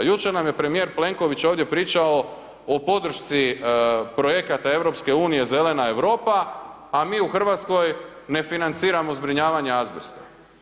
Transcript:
Jučer nam je premijer Plenković ovdje pričao o podršci projekata EU Zelena Europa, a mi u Hrvatskoj ne financiramo zbrinjavanje azbesta.